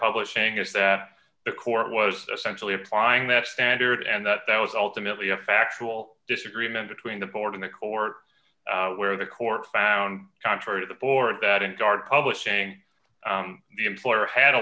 publishing is that the court was essentially applying that standard and that that was ultimately a factual disagreement between the board in the court where the court found contrary to the board that and start publishing the employer had